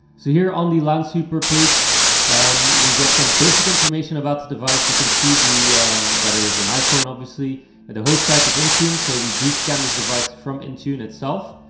here on the lansweeper page um we get some basic information about the device. you can see the that it is an iphone, obviously the host type is intune so we do scan this device from intune itself.